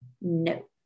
No